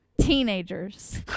teenagers